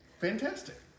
Fantastic